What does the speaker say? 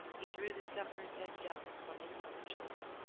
he drew the sufferer's head down on his own shoulder,